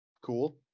Cool